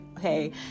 hey